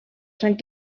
sant